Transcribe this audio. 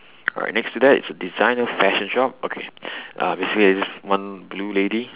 alright next to that is a designer fashion shop okay basically it's just one blue lady